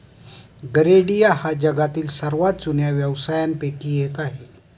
गरेडिया हा जगातील सर्वात जुन्या व्यवसायांपैकी एक आहे